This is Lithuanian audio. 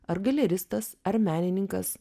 ar galjeristas ar menininkas